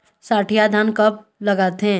सठिया धान ला कब लगाथें?